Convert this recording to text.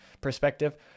perspective